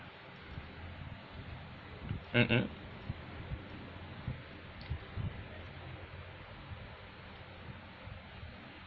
mm mm